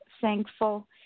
thankful